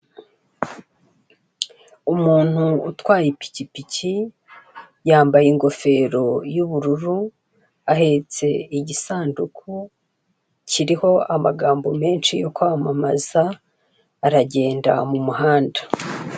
Umuntu utwaye ipikipiki yambaye ingofero y'ubururu, ahetse igisanduku kiriho amagambo menshi yo kwamamaza, aragenda mu muhanda.